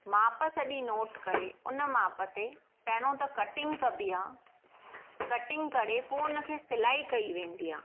माप सॼी नोट करे उन माप ते पहिरों त कटिंग कॿी आहे कटिंग करे पोइ उनखे सिलाई कई वेंदी आहे